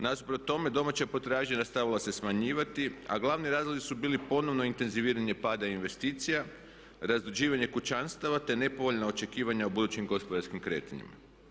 Nasuprot tome domaća potražnja nastavila se smanjivati, a glavni razlozi su bili ponovno intenziviranje pada investicija, … kućanstava, te nepovoljna očekivanja u budućim gospodarskim kretanjima.